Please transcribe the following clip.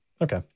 Okay